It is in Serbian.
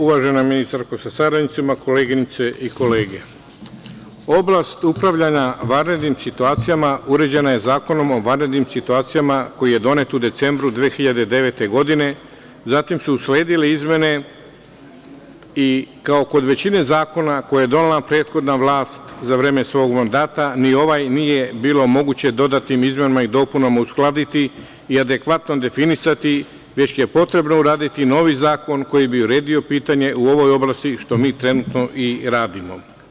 Uvažena ministarko sa saradnicima, koleginice i kolege, oblast upravljanja vanrednim situacijama uređena je Zakonom o vanrednim situacijama koji je donet u decembru 2009. godine, zatim su usledile izmene i kao kod većine zakona koje je donela prethodna vlast za vreme svog mandata, ni ovaj nije bilo moguće dodatim izmenama i dopunama uskladiti i adekvatno definisati, već je potrebno uraditi novi zakon koji bi uredio pitanje u ovoj oblasti, što mi trenutno i radimo.